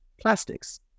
plastics